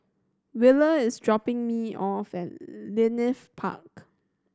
Wheeler is dropping me off at Leith Park